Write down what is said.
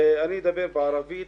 אני אדבר בערבית,